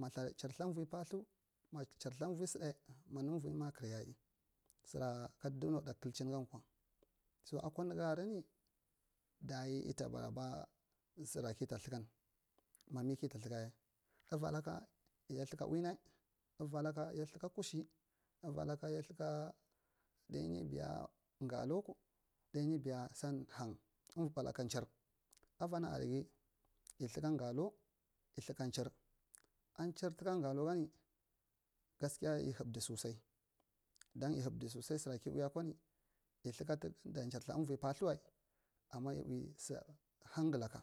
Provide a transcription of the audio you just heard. ma ltha chirr ltha uvi pathar ma chirr ltha uvi saɗa ma nu uvi makar yayi bira ka dunoɗai ta kakhin gankwa so akwa nangarani dayi ita baraba sira kita thakan mama kita thakayayai uvalaka ya thaka unai uvalaka ya thɓaka kushi avalaka ya thaka ɗainyi biya galo ɗayi biya san hang tuka chirr avana araige yi thanka galo yi thanka chirr a chirr tuka galo gani gaskiya yihaɓdi sosai don yihabdi sosai sira ki ui akwani yi thaka ta gadda chir ltha uvoii pathal wai ama yi ui su hang ngalaka.